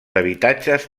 habitatges